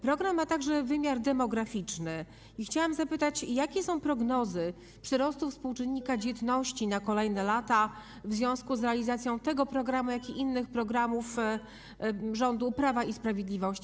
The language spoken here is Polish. Program ma także wymiar demograficzny i chciałam zapytać, jakie są prognozy dotyczące przyrostu współczynnika dzietności na kolejne lata w związku z realizacją tego programu, jak i innych programów rządu Prawa i Sprawiedliwości.